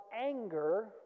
anger